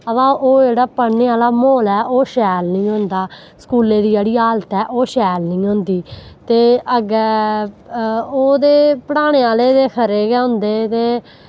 बा ओह् जेह्ड़ा पढ़ने आह्ला म्हौल ऐ ओह् शैल नेईं होंदा स्कूलै दी जेह्ड़ी हालत ऐ ओह् शैल नेईं होंदी ते अग्गें ओह् पढ़ाने आह्ले ते खरे गै होंदे